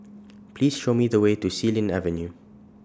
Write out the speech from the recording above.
Please Show Me The Way to Xilin Avenue